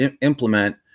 implement